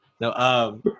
no